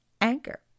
Anchor